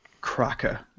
cracker